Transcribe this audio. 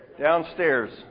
Downstairs